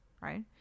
right